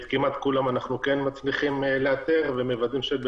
כמעט את כולם אנחנו כן מצליחים לאתר ומוודאים שהם בבידוד.